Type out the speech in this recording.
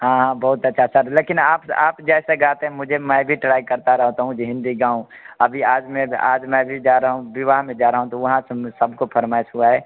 हाँ हाँ बहुत अच्छा सर लेकिन आप आप जैसे गाते हैं मुझे मैं भी ट्राय करता रहता हूँ ये हिंदी गाऊँ अभी आज मैं आज मैं भी जा रहा हूँ विवाह में जा रहा हूँ तो वहाँ से हम ने सब को फ़रमाइश हुआ है